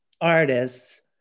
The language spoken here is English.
artists